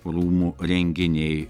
rūmų renginiai